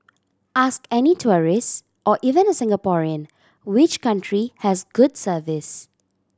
ask any tourists or even a Singaporean which country has good service